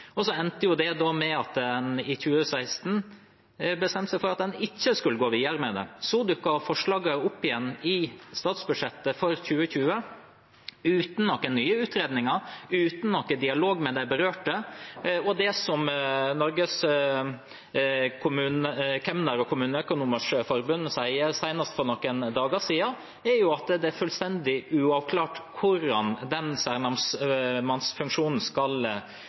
det endte med at en i 2016 bestemte seg for ikke å gå videre med det. Så dukket forslaget opp igjen i statsbudsjettet for 2020, uten noen nye utredninger, uten noen dialog med de berørte. Og det Norges kemner- og kommuneøkonomers forbund sier, senest for noen dager siden, er at det er fullstendig uavklart hvordan den særnamsmannfunksjonen skal